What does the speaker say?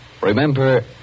Remember